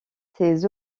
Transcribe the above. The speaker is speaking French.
ces